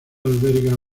alberga